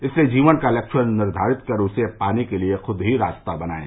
इसलिए जीवन का लक्ष्य निर्धारित कर उसे पाने के लिए खुद ही रास्ता बनायें